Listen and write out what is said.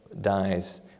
dies